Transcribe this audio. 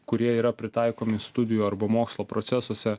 kurie yra pritaikomi studijų arba mokslo procesuose